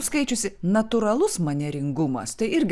skaičiusi natūralus manieringumas tai irgi